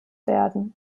werden